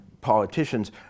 politicians